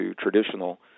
traditional